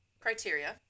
Criteria